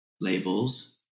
labels